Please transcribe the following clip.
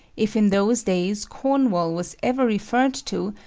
if in those days cornwall was ever referred to,